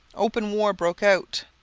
open war broke out.